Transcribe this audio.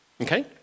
Okay